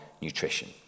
nutrition